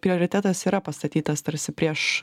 prioritetas yra pastatytas tarsi prieš